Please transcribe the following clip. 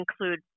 include